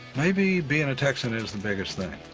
maybe being a texan is the biggest thing.